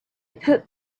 put